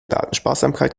datensparsamkeit